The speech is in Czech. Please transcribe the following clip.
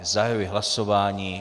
Zahajuji hlasování.